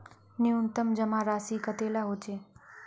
न्यूनतम जमा राशि कतेला होचे?